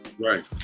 Right